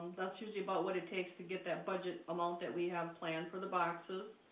that's usually about what it takes to get that budget amount that we have planned for the boxes